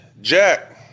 Jack